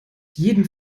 jeden